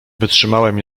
wytrzymałem